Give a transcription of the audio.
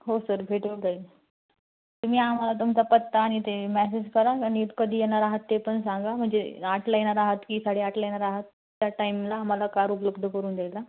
हो सर भेटून जाईल तुम्ही आम्हाला तुमचा पत्ता आणि ते मॅसेज कराल आणि कधी येणार आहात ते पण सांगा म्हणजे आठला येणार आहात की साडेआठला येणार आहात त्या टाईमला मला कार उपलब्ध करून द्यायला